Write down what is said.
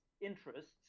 interests